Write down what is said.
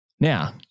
Now